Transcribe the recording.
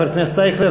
חבר הכנסת אייכלר,